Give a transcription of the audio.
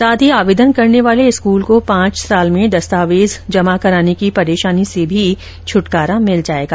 साथ ही आवेदन करने वाले स्कूल को पांच साल में दस्तावेज जमा कराने की परेशानी से भी छुटकारा मिल जाएगा